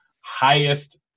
highest